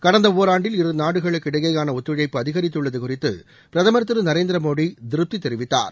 கடந்த ஒராண்டில் இருநாடுகளுக்கிடையேயான ஒத்துழைப்பு அதிகரித்துள்ளது குறித்து பிரதமர் திரு நரேந்திரடி மோடி திருப்தி தெரிவித்தார்